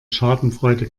schadenfreude